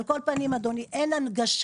על כל פנים, אדוני, אין הנגשה.